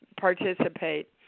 participate